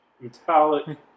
Metallic